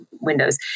Windows